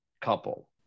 couple